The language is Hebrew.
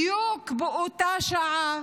בדיוק באותה שעה